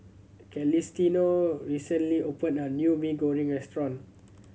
Celestino recently opened a new Mee Goreng restaurant